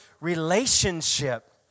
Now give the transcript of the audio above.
relationship